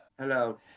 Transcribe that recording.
Hello